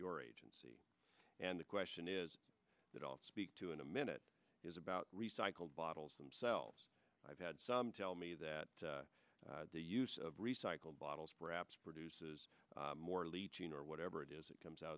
your agency and the question is that all speak to in a minute is about recycled bottles themselves i've had some tell me that the use of recycled bottles perhaps produces more leeching or whatever it is it comes out